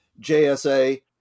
JSA